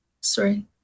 Sorry